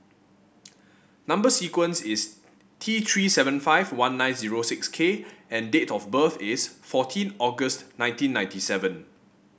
number sequence is T Three seven five one nine zero six K and date of birth is fourteen August nineteen ninety seven